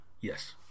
Yes